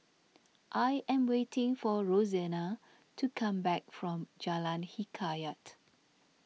I am waiting for Rosena to come back from Jalan Hikayat